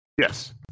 yes